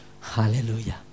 Hallelujah